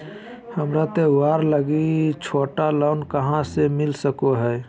हमरा त्योहार लागि छोटा लोन कहाँ से मिल सको हइ?